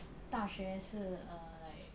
大学是 err like